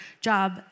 job